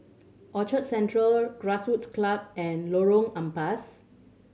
Orchard Central Grassroots Club and Lorong Ampas